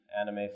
anime